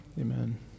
Amen